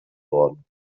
worden